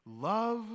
Love